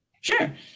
Sure